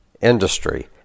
industry